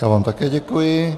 Já vám také děkuji.